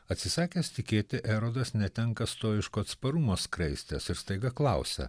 atsisakęs tikėti erodas netenka stojiško atsparumo skraistės ir staiga klausia